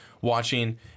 watching